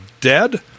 dead